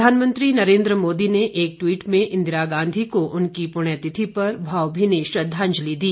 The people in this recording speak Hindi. प्रधानमंत्री नरेन्द्र मोदी ने एक ट्वीट में इंदिरा गांधी को उनकी पुण्यतिथि पर भावभीनी श्रद्वांजलि दी